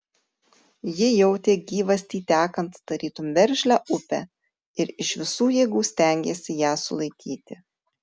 ji jautė gyvastį tekant tarytum veržlią upę ir iš visų jėgų stengėsi ją sulaikyti